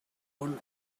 one